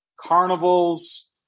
Carnivals